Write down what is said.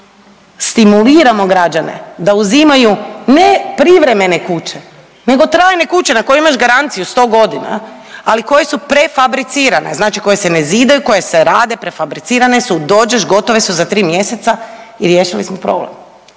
stimuliramo građane da uzimaju ne privremene kuće nego trajne kuće na koju imaš garanciju 100 godina jel, ali koje su prefabricirane, znači koje se ne zidaju, koje se rad, prefabricirane, dođeš, gotove su za 3 mjeseca i riješili smo problem.